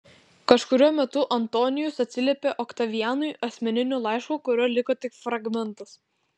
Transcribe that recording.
kažkuriuo metu antonijus atsiliepė oktavianui asmeniniu laišku kurio liko tik fragmentas